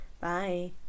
Bye